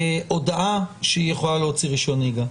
הודעה שהיא יכולה להוציא רישיון נהיגה?